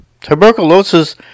Tuberculosis